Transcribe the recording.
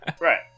Right